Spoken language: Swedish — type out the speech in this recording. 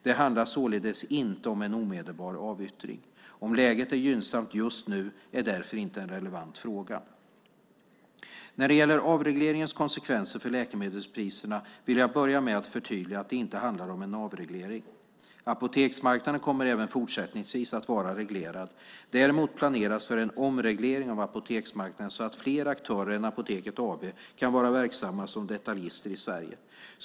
Det handlar således inte om en omedelbar avyttring. Om läget är gynnsamt just nu är därför inte en relevant fråga. När det gäller avregleringens konsekvenser för läkemedelspriserna vill jag börja med att förtydliga att det inte handlar om en avreglering. Apoteksmarknaden kommer även fortsättningsvis att vara reglerad. Däremot planeras för en omreglering av apoteksmarknaden så att fler aktörer än Apoteket AB kan vara verksamma som detaljister i Sverige.